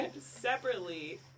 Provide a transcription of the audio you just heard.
separately